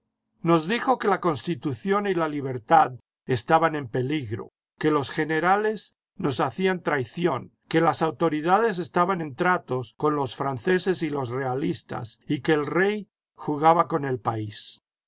nos dijo que la constitución y la libertad estaban en peligro que los generales nos hacían traición que las autoridades estaban en tratos cok los franceses y los realistas y que el rey jugaba con el país